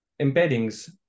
embeddings